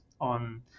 on